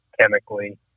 chemically